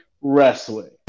wrestling